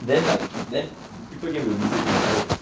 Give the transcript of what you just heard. then like then people came to visit me right